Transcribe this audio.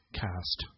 cast